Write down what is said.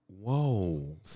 Whoa